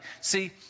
See